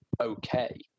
okay